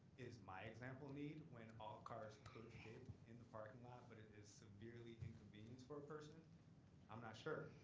is my example need? when all cars could fit in the parking lot, but it is severely inconvenience for a person? i'm not sure.